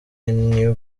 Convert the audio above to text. new